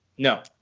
No